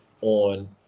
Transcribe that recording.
on